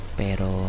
pero